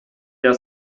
der